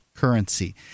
Currency